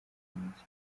minsi